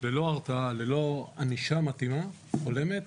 ללא ענישה מתאימה והולמת,